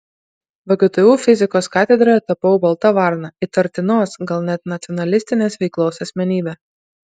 vgtu fizikos katedroje tapau balta varna įtartinos gal net nacionalistinės veiklos asmenybe